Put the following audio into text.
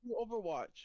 Overwatch